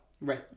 right